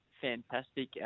fantastic